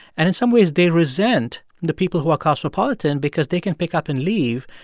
and in some ways they resent the people who are cosmopolitan because they can pick up and leave,